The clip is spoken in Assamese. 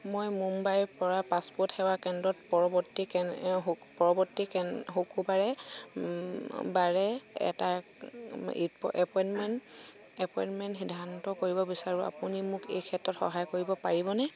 মই মুম্বাইৰপৰা পাছপোৰ্ট সেৱা কেন্দ্ৰত পৰৱৰ্তী পৰৱৰ্তী শুক্ৰবাৰে বাবে এটা এপইণ্টমেণ্ট এপইণ্টমেণ্ট সিদ্ধান্ত কৰিব বিচাৰোঁ আপুনি মোক এই ক্ষেত্ৰত সহায় কৰিব পাৰিবনে